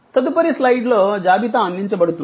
తదుపరి స్లయిడ్లో జాబితా అందించబడుతుంది